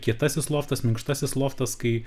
kietasis loftas minkštasis loftas kai